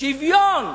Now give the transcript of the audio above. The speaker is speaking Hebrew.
שוויון.